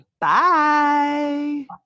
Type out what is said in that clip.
Bye